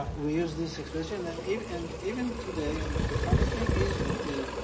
we use this expression and even and even today, and the funny thing is that the